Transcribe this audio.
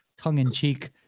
tongue-in-cheek